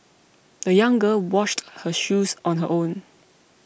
the young girl washed her shoes on her own